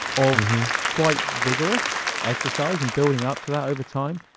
of quite vigorous exercise and building up to that over time.